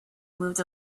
moved